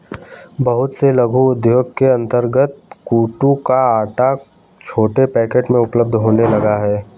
बहुत से लघु उद्योगों के अंतर्गत कूटू का आटा छोटे पैकेट में उपलब्ध होने लगा है